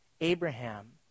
Abraham